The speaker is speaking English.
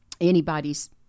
anybody's